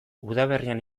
udaberrian